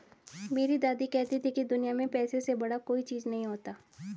मेरी दादी कहती थी कि दुनिया में पैसे से बड़ा कोई चीज नहीं होता